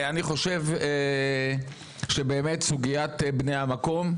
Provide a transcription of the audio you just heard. אני חושב שבאמת סוגיית בני המקום,